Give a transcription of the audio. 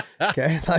okay